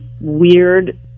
Weird